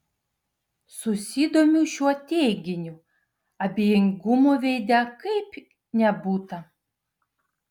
susidomiu šiuo teiginiu abejingumo veide kaip nebūta